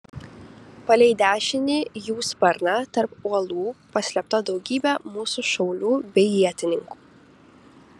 palei dešinį jų sparną tarp uolų paslėpta daugybė mūsų šaulių bei ietininkų